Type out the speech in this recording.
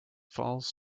falls